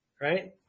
right